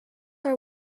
are